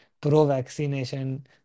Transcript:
pro-vaccination